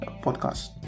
podcast